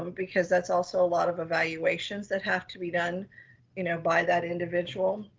um because that's also a lot of evaluations that have to be done you know by that individual.